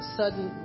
sudden